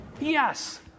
Yes